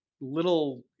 little